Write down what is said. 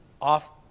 off